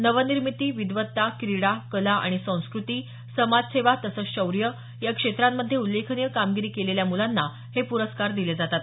नवनिर्मिती विद्वत्ता क्रीडा कला आणि संस्कृती समाजसेवा तसंच शौर्य या क्षेत्रांमधे उल्लेखनीय कामगिरी केलेल्या मुलांना हे पुरस्कार दिले जातात